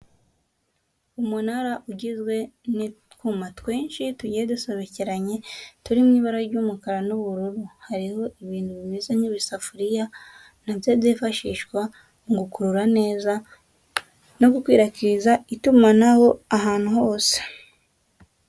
Umunara ugizwe n'utwuma twinshi tugiye dusobekeranye turi mu ibara ry'umukara n'ubururu, hariho ibintu bimeze nk'ibisafuriya na byo byifashishwa mu gukurura neza no gukwirakwiza itumanaho ahantu hose.